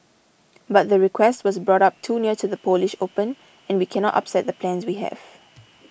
but the request was brought up too near to the Polish Open and we cannot upset the plans we have